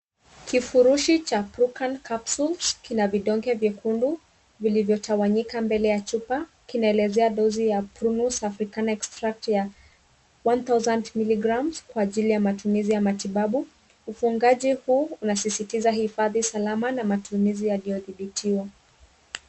Kifurushi cha Prucan capsule kina vidonge vyekundu vilivyotawanyika mbele ya chupa. Kinaelezea dozi ya Prunus African Extract ya one thousand miligrams kwa matumizi ya matibabu. Ufungaji huu unasisitiza hifadhi salama na matumizi yaliyodhibitiwa.